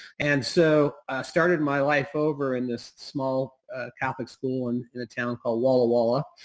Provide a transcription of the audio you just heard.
and so, i started my life over in this small catholic school and in a town called walla walla.